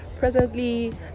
Presently